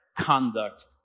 conduct